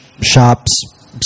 shop's